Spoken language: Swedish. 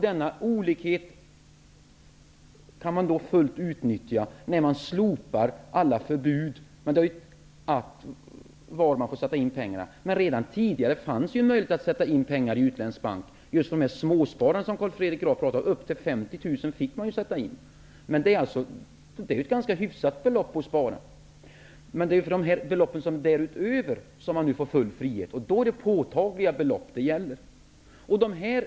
Denna olikhet kan utnyttjas fullt ut, när alla förbud slopas i fråga om var man får sätta in pengar. Redan tidigare fanns det en möjlighet att sätta in pengar i en utländsk bank. Carl Fredrik Graf talade om småspararna. Man fick sätta in upp till 50 000 kr., och det är ett hyfsat belopp att spara. Men det är belopp därutöver som man nu får full frihet att sätta in på utländska banker, dvs. påtagliga belopp.